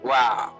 Wow